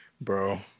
Bro